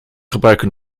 gebruiken